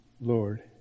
Lord